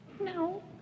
No